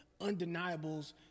undeniables